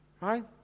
right